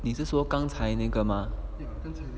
你是说刚才那个 mah